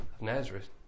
Nazareth